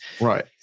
Right